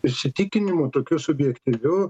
įsitikinimu tokiu subjektyviu